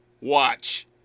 Watch